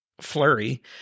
flurry